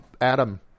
Adam